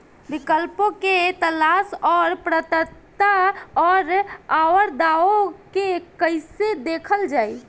विकल्पों के तलाश और पात्रता और अउरदावों के कइसे देखल जाइ?